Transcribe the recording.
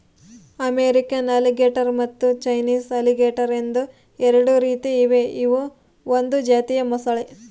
American alligator ಮತ್ತು Chinese alligator ಎಂದು ಎರಡು ರೀತಿ ಇವೆ ಇವು ಒಂದು ಜಾತಿಯ ಮೊಸಳೆ